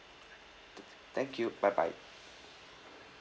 th~ thank you bye bye